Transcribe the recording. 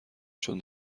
چون